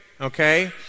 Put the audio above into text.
okay